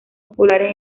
populares